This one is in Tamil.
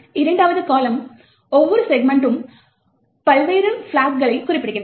இரண்டாவது கால்லம் ஒவ்வொரு செக்மென்ட்ஸ்சும் பல்வேறு பிளாக் களைக் குறிப்பிடுகிறது